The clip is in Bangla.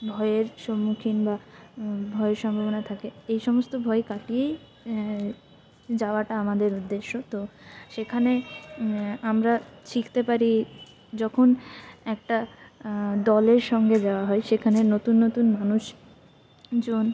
ভয়ের সম্মুখীন বা ভয়ের সম্ভাবনা থাকে এই সমস্ত ভয় কাটিয়েই যাওয়াটা আমাদের উদ্দেশ্য তো সেখানে আমরা শিখতে পারি যখন একটা দলের সঙ্গে যাওয়া হয় সেখানে নতুন নতুন মানুষজন